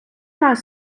раз